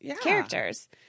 characters